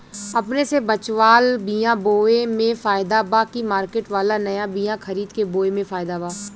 अपने से बचवाल बीया बोये मे फायदा बा की मार्केट वाला नया बीया खरीद के बोये मे फायदा बा?